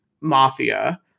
mafia